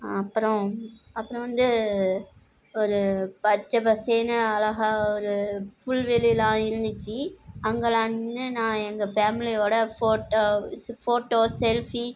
அப்பறம் அப்றம் வந்து ஒரு பச்சை பசேல்னு அழகாக ஒரு புல்வெளிலாம் இருந்துச்சி அங்கெல்லாம் நின்று நான் எங்கே ஃபேம்லியோட ஃபோட்டோஸு ஃபோட்டோ செல்ஃபி